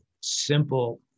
simple